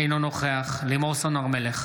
אינו נוכח לימור סון הר מלך,